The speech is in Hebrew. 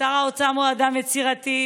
שר האוצר הוא אדם יצירתי,